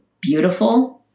beautiful